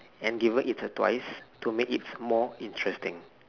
and given it a twice to make its more interesting